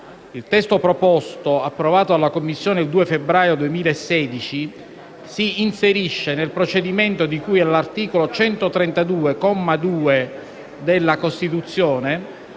Il testo proposto, approvato dalla Commissione il 2 febbraio 2016, si inserisce nel procedimento di cui all'articolo 132, comma 2, della Costituzione,